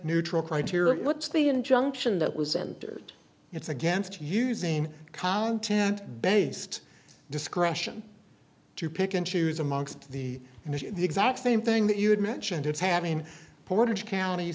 criteria what's the injunction that was and it's against using content based discretion to pick and choose amongst the exact same thing that you had mentioned it's having portage county